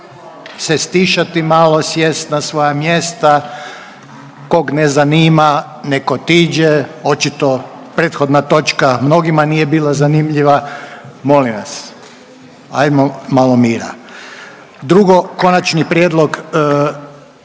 se stišati, malo sjest na svoja mjesta, kog ne zanima nek otiđe, očito prethodna točka mnogima nije bila zanimljiva, molim vas, ajmo malo mira, drugo: - Konačni prijedlog